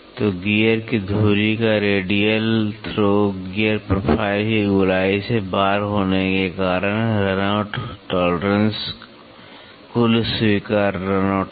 तो गियर की धुरी का रेडियल थ्रो गियर प्रोफाइल की गोलाई से बाहर होने के कारण रन आउट टॉलरेंस कुल स्वीकार्य रन आउट है